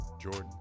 Jordan